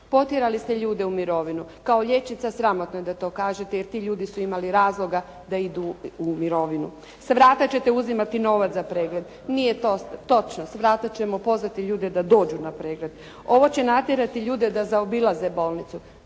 Potjerali ste ljude u mirovinu. Kao liječnica sramotno je da to kažete jer ti ljudi su imali razloga da idu u mirovinu. Sa vrata ćete uzimati novac za pregled. Nije to točno. Sa vrata ćemo pozvati ljude da dođu na pregled. Ovo će natjerati ljude da zaobilaze bolnicu.